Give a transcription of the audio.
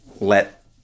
let